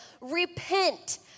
Repent